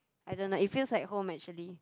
I don't know it feels like home actually